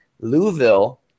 Louisville